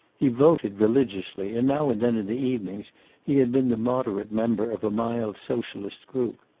he voted religiously, and now and then in the evenings he had been the moderate member of a mild socialist group.